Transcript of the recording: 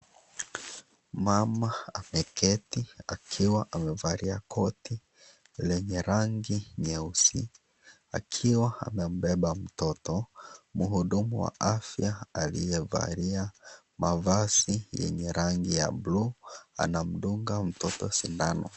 Mama ameketi akiwa amevalia koti lenye rangi nyeusi akiwa amebeba mtoto . Mhudumu wa afya aliyevalia mavazi yenye rangi ya bluu anamdunga mtoto sindano.